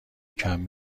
کمپ